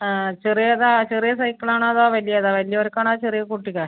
ആ ചെറിയത് ചെറിയ സൈക്കിളാണോ അതോ വലിയതാണോ വലിയവർക്കാണോ ചെറിയ കുട്ടിക്കാണോ